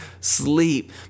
sleep